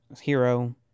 hero